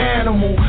animal